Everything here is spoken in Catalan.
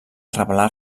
revelar